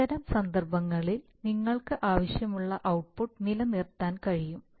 അത്തരം സന്ദർഭങ്ങളിൽ നിങ്ങൾക്ക് ആവശ്യമുള്ള ഔട്ട്പുട്ട് നിലനിർത്താൻ കഴിയും